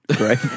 right